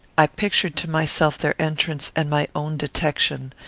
i pictured to myself their entrance and my own detection.